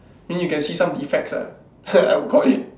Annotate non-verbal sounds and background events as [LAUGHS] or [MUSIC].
mean you can see some defects ah [LAUGHS] I would call it